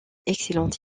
excellente